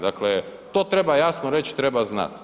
Dakle, to treba jasno reć i treba znat.